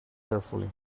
carefully